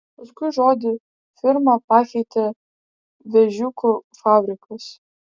paskui žodį firma pakeitė vėžiukų fabrikas